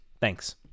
Thanks